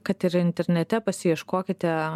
kad ir internete pasiieškokite